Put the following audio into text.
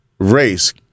Race